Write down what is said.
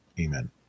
Amen